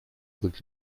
und